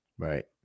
Right